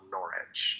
Norwich